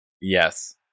Yes